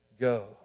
go